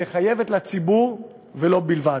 שחייבת לציבור, ולו בלבד,